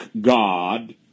God